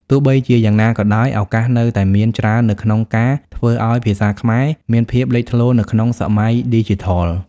ទោះបីជាយ៉ាងណាក៏ដោយ ឱកាសនៅតែមានច្រើននៅក្នុងការ ធ្វើឲ្យភាសាខ្មែរមានភាពលេចធ្លោនៅក្នុងសម័យឌីជីថល។